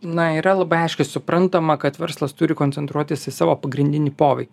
na yra labai aiškiai suprantama kad verslas turi koncentruotis į savo pagrindinį poveikį